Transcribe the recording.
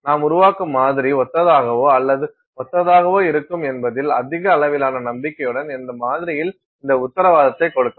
நாம் உருவாக்கும் மாதிரி ஒத்ததாகவோ அல்லது ஒத்ததாகவோ இருக்கும் என்பதில் அதிக அளவிலான நம்பிக்கையுடன் அந்த மாதிரியில் அந்த உத்தரவாதத்தை கொடுக்கலாம்